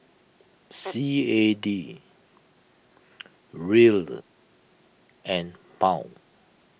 C A D Riel and Pound